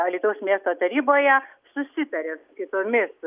alytaus miesto taryboje susitarė kitomis